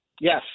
Yes